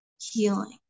healing